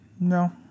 No